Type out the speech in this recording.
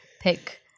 pick